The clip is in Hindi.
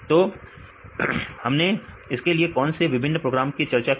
तो हमने इसके लिए कौन से विभिन्न प्रोग्राम की चर्चा की